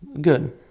good